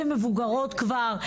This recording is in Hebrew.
אתן מבוגרות כבר,